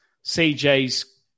CJ's